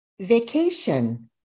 vacation